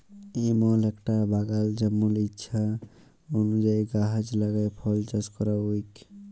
এমল একটা বাগাল জেমল ইছা অলুযায়ী গাহাচ লাগাই ফল চাস ক্যরা হউক